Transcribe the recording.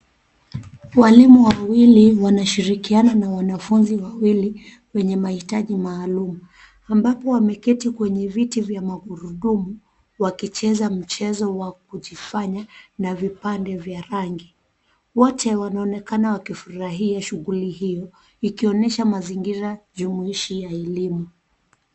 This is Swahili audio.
Walimu wawili wanashirikiana na wanafunzi wawili wenye mahitaji maalum ambapo wameketi kwenye viti vya magurudumu wakicheza mchezo wa kujifanya na vipande vya rangi. Wote wanaonekana wakifurahia shughuli hiyo ikionyesha mazingira jumuishi ya elimu.